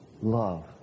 love